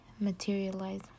materialize